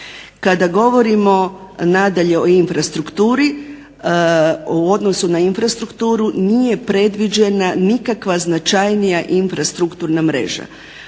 Kada govorimo nadalje o infrastukturi, o odnosu na infrastrukturu nije predviđena nikakva značajnija infrastrukturna mreža.